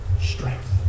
strength